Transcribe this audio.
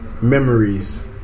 Memories